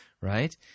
Right